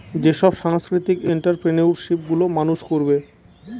যেসব সাংস্কৃতিক এন্ট্ররপ্রেনিউরশিপ গুলো মানুষ করবে